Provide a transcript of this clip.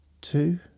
two